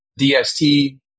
DST